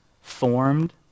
formed